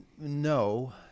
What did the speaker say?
no